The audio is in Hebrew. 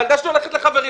הילדה שלי הולכת לחברים,